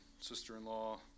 sister-in-law